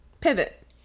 pivot